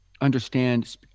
understand